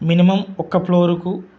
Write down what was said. minimum ఒక ఫ్లోరుకు